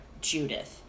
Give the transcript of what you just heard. Judith